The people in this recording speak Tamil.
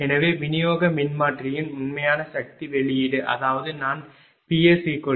எனவே விநியோக மின்மாற்றியின் உண்மையான சக்தி வெளியீடு அதாவது நான் PsPPLoss20